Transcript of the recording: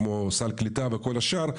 כמו סל קליטה וכל השאר,